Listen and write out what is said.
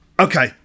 Okay